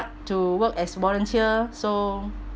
to work as volunteer so